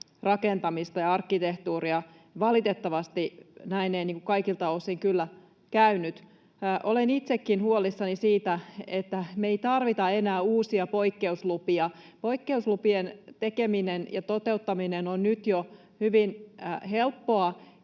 rakentamista ja arkkitehtuuria. Valitettavasti näin ei kaikilta osin kyllä käynyt. Olen itsekin huolissani siitä, että me ei tarvita enää uusia poikkeuslupia. Poikkeuslupien tekeminen ja toteuttaminen on nyt jo hyvin helppoa,